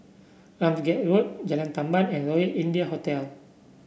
Ramsgate Road Jalan Tamban and Royal India Hotel